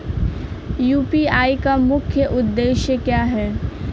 UPI का मुख्य उद्देश्य क्या है?